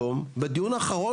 אני אומר לך,